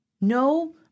no